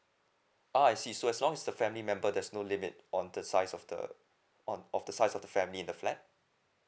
ah I see so as long as the family member there's no limit on the size of the on of the size of the family in the flat